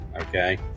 okay